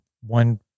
one